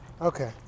Okay